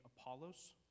Apollos